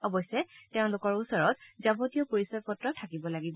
অৱশ্যে তেওঁলোকৰ ওচৰত যাৱতীয় পৰিচয়পত্ৰ থাকিব লাগিব